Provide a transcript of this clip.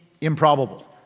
improbable